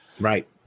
Right